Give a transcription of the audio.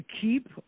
keep